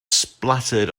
spattered